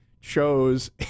chose